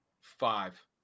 Five